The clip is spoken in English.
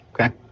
Okay